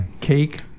Cake